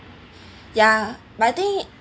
ya but I think